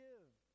Give